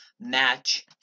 match